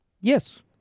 Yes